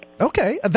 Okay